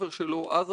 ואמינו לי,